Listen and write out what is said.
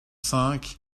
cinq